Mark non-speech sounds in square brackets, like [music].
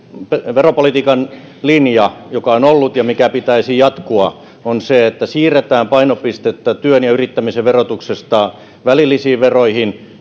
veropolitiikan linja joka on ollut ja jonka pitäisi jatkua on se että siirretään painopistettä työn ja yrittämisen verotuksesta välillisiin veroihin [unintelligible]